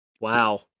Wow